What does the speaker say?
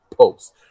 posts